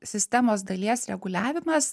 sistemos dalies reguliavimas